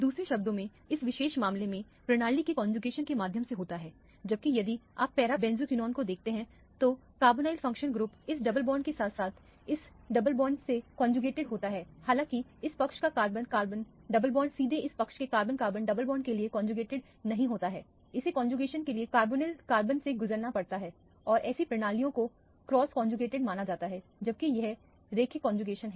दूसरे शब्दों में इस विशेष मामले में प्रणाली के कौनजुकेशन के माध्यम से होता है जबकि यदि आप पैरा बेंजोक्विनोन को देखते हैं तो कार्बोनिल फंक्शनल ग्रुप इस डबल बॉन्ड के साथ साथ इस डबल बॉन्ड से कौनजूगेटेड होता है हालाँकि इस पक्ष का कार्बन कार्बन डबल बॉन्ड सीधे इस पक्ष के कार्बन कार्बन डबल बॉन्ड के लिए कौनजूगेटेड नहीं होता है इसे कौनजुकेशन के लिए कार्बोनिल कार्बन से गुजरना पड़ता है और ऐसी प्रणालियों को क्रॉस कौनजूगेटेड माना जाता है जबकि यह रैखिक कौनजुकेशन है